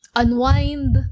unwind